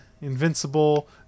Invincible